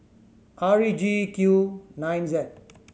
R E G Q nine Z